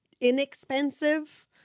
inexpensive